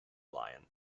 lion